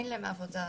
אין להם עבודה.